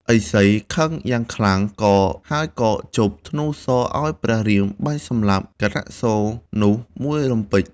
ឥសីខឹងយ៉ាងខ្លាំង ហើយក៏ជបធ្នូសរឱ្យព្រះរាមបាញ់សម្លាប់កាកនាសូរនោះមួយរំពេច។